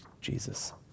Jesus